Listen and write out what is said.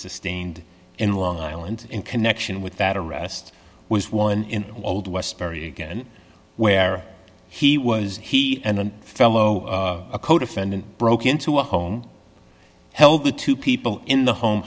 sustained in long island in connection with that arrest was one in old westbury again where he was he and a fellow a codefendant broke into a home held the two people in the home